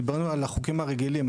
דיברנו על החוקים הרגילים,